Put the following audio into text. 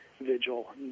vigil